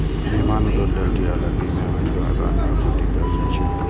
निर्माण उद्योग लेल तैयार लकड़ी कें मानक आकार मे आपूर्ति कैल जाइ छै